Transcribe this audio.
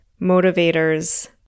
motivators